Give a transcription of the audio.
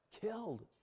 Killed